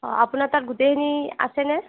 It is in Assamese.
অ আপোনাৰ তাত গোটেইখিনি আছেনে